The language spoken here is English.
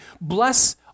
bless